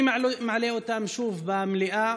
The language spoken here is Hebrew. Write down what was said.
אני מעלה אותן שוב במליאה.